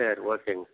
சரி ஓகேங்க